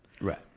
Right